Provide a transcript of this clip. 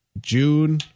June